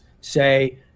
say